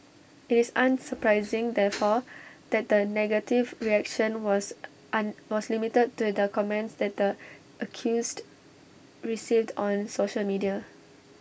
IT is unsurprising therefore that the negative reaction was an was limited to the comments that the accused received on social media